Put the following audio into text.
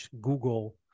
Google